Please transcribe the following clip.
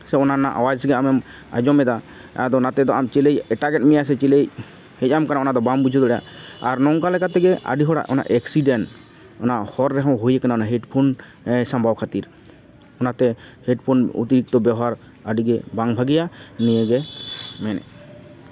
ᱥᱮ ᱚᱱᱟ ᱨᱮᱱᱟᱜ ᱟᱣᱟᱡᱽ ᱜᱮ ᱟᱢᱮᱢ ᱟᱸᱡᱚᱢ ᱮᱫᱟ ᱟᱫᱚ ᱱᱟᱛᱮ ᱫᱚ ᱪᱤᱞᱤᱭ ᱮᱴᱟᱜᱮᱫ ᱢᱮᱭᱟ ᱥᱮ ᱪᱤᱞᱤᱭ ᱦᱮᱡ ᱟᱢ ᱠᱟᱱᱟ ᱚᱱᱟ ᱫᱚ ᱵᱟᱢ ᱵᱩᱡᱷᱟᱹᱣ ᱫᱟᱲᱮᱭᱟᱜ ᱟᱨ ᱱᱚᱝᱠᱟ ᱞᱮᱠᱟ ᱛᱮᱜᱮ ᱟᱹᱰᱤ ᱦᱚᱲᱟᱜ ᱮᱠᱥᱤᱰᱮᱱᱴ ᱚᱱᱟ ᱦᱚᱨ ᱨᱮᱦᱚᱸ ᱦᱩᱭ ᱟᱠᱟᱱᱟ ᱚᱱᱟ ᱦᱮᱰᱯᱷᱳᱱ ᱥᱟᱢᱵᱟᱣ ᱠᱷᱟᱹᱛᱤᱨ ᱚᱱᱟᱛᱮ ᱦᱮᱰᱯᱷᱳᱱ ᱚᱛᱤᱨᱤᱠᱛᱚ ᱵᱮᱵᱚᱦᱟᱨ ᱟᱹᱰᱤᱜᱮ ᱵᱟᱝ ᱵᱷᱟᱹᱜᱤᱭᱟ ᱱᱤᱭᱟᱹᱮ ᱢᱮᱱᱮᱜ